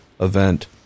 event